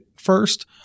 First